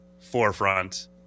forefront